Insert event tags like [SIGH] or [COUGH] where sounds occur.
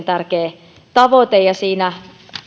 [UNINTELLIGIBLE] tärkeä tavoitteemme siinä